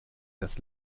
das